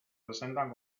presentan